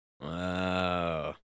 Wow